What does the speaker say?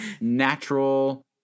natural